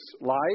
life